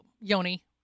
yoni